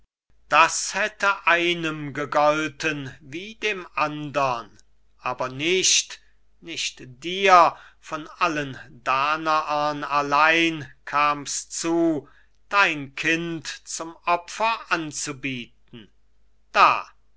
das hätte einem gegolten wie dem andern aber nicht nicht dir von allen danaern allein kam's zu dein kind zum opfer anzubieten da